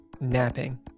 napping